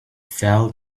fell